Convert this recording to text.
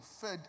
fed